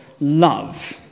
love